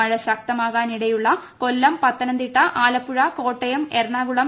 മഴ ശക്തമാകാനിടയുള്ള കൊല്ലം പത്തനംതിട്ട ആലപ്പുഴ കോട്ടയം എറണാകുളം